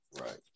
Right